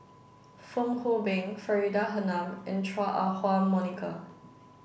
Fong Hoe Beng Faridah Hanum and Chua Ah Huwa Monica